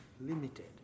limited